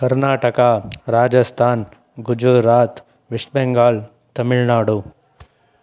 Karnataka Rajasthan Gujarat West Bengal Tamil Nadu